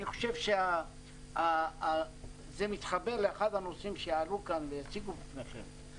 אני חושב שזה מתחבר לאחד הנושאים שעלו כאן ויציגו בפניכם,